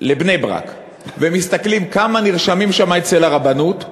לבני-ברק ומסתכלים כמה נרשמים שם ברבנות,